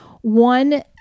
one